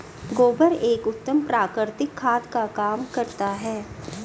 गोबर एक उत्तम प्राकृतिक खाद का काम करता है